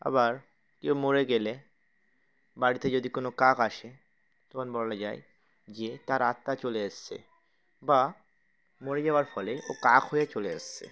আবার কেউ মরে গেলে বাড়িতে যদি কোনো কাক আসে তখন বলা যায় যে তার আত্মা চলে এসেছে বা মরে যাওয়ার ফলে ও কাক হয়ে চলে এসেছে